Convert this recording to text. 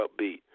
upbeat